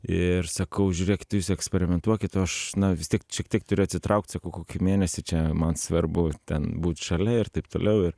ir sakau žiūrėkit tai jūs eksperimentuokit o aš na vis tiek šiek tiek turiu atsitraukt sakau kokį mėnesį čia man svarbu ten būt šalia ir taip toliau ir